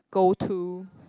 go to